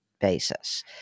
basis